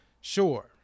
Sure